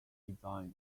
design